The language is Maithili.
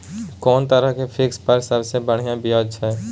कोन तरह के फिक्स पर सबसे बढ़िया ब्याज छै?